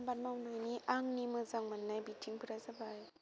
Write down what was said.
आबाद मावनायनि आंनि मोजां मोननाय बिथिंफोरा जाबाय